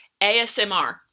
ASMR